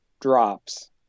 drops